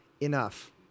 enough